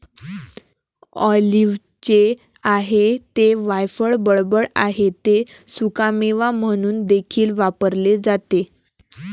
ऑलिव्हचे आहे ते वायफळ बडबड आहे ते सुकामेवा म्हणून देखील वापरले जाते